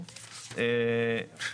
עיקר הפעילות, ההשפעה,